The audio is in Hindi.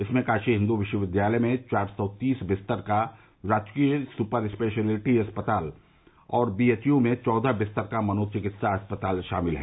इनमें काशी हिन्दू विश्वविद्यालय में चार सौ तीस बिस्तर का राजकीय सुपर स्पेशल्टी अस्पताल और बी एच यू में चौहत्तर बिस्तर का मनोचिकित्सा अस्पताल शामिल है